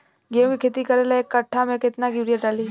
गेहूं के खेती करे ला एक काठा में केतना युरीयाँ डाली?